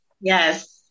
Yes